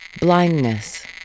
Blindness